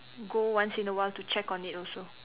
go once in a while to check on it also